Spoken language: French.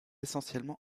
essentiellement